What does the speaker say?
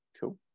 Cool